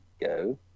go